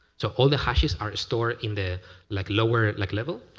so all the hashes are stored in the like lower like level,